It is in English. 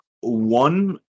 one